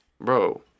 bro